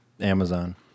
amazon